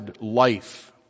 life